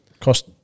cost